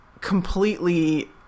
completely